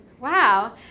Wow